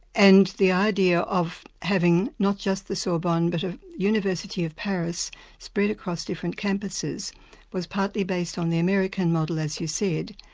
and the idea of having not just the sorbonne but a university of paris spread across different campuses was partly based on the american model as you said,